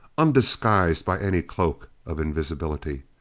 undisguised by any cloak of invisibility.